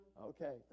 Okay